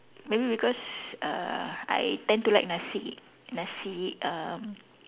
maybe because uh I tend to like nasi nasi um